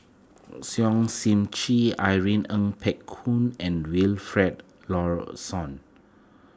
Sip Chee Irene Ng Phek Hoong and Wilfed Lawson